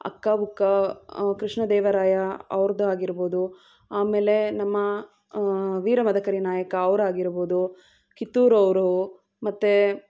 ಹಕ್ಕ ಬುಕ್ಕ ಕೃಷ್ಣ ದೇವರಾಯ ಅವ್ರ್ದು ಆಗಿರ್ಬೋದು ಆಮೇಲೆ ನಮ್ಮ ವೀರ ಮದಕರಿ ನಾಯಕ ಅವ್ರು ಆಗಿರ್ಬೋದು ಕಿತ್ತೂರು ಅವರು ಮತ್ತು